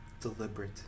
deliberate